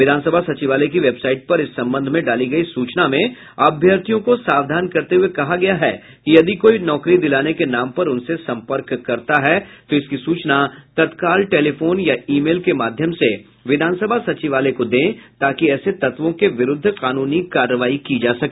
विधानसभा सचिवालय की वेबसाईट पर इस संबंध में डाली गयी सूचना में अभ्यर्थियों को सावधान करते हये कहा गया है कि यदि कोई नौकरी दिलाने के नाम पर उनसे संपर्क करता है तो इसकी सूचना तत्काल टेलीफोन या ई मेल के माध्यम से विधानसभा सचिवालय को दें ताकि ऐसे तत्वों के विरूद्व कानूनी कार्रवाई की जा सके